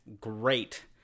great